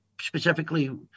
specifically